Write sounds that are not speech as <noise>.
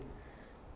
<breath>